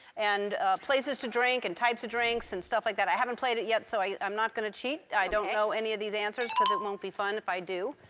and places to drink, and types of drinks and stuff like that. i haven't played it yet, so i'm not going to cheat. i don't know any of these answers because it won't be fun if i do.